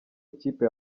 ikipe